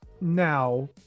now